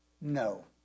No